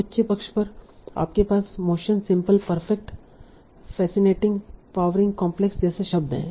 उच्च पक्ष पर आपके पास motion simple perfect fascinating powering complex जैसे शब्द हैं